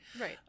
right